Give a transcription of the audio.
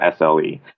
SLE